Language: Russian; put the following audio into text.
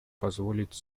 позволить